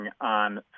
on